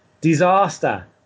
Disaster